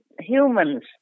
humans